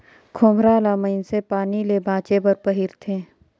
खोम्हरा ल मइनसे पानी ले बाचे बर पहिरथे